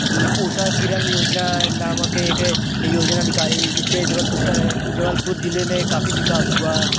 ऊषा किरण योजना नामक एक योजना निकाली जिससे जबलपुर से जबलपुर ज़िले में काफ़ी विकास हुआ